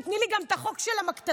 תיתני לי גם את החוק של המכת"זית.